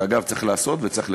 ואגב צריך לעשות וצריך לכסח.